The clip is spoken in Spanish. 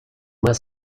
más